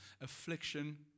affliction